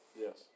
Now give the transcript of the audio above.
Yes